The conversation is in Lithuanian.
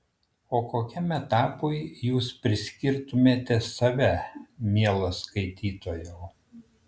o kokiam etapui jūs priskirtumėte save mielas skaitytojau